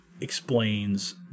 explains